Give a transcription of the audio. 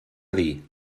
dir